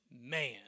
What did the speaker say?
man